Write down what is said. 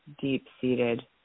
deep-seated